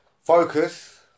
focus